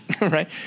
right